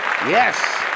Yes